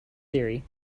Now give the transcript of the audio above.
theory